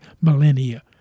millennia